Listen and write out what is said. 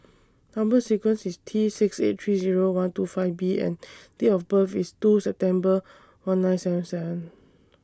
Number sequence IS T six eight three Zero one two five B and Date of birth IS two September one nine seven seven